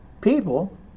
people